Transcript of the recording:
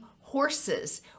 horses